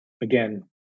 again